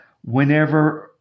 whenever